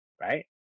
right